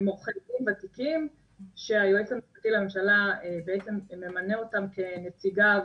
הם עורכי דין ותיקים שהיועץ המשפטי לממשלה בעצם ממנה אותם כנציגיו